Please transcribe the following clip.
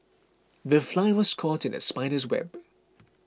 the fly was caught in the spider's web